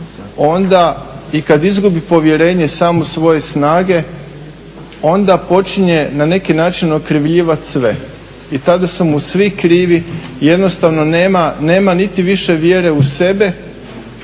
i kada izgubi povjerenje sam u svoje snage onda počinje na neki način okrivljivat sve i tada su mu svi krivi. Jednostavno nema više vjere u sebe,